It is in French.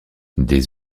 des